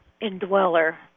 indweller